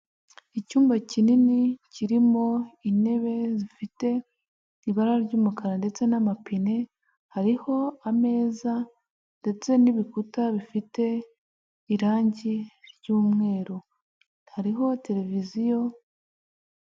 Icyumba kinini kirimo intebe zifite ibara ry'umukara ndetse n'amapine, hariho ameza ndetse n'ibikuta bifite irangi ry'umweru, hariho televiziyo.